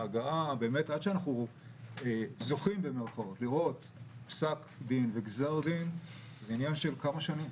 כשמגיעה חבורה של מתפרעים, כמה מאבטחים שלא נשים,